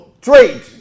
trade